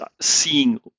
seeing